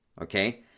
Okay